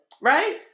right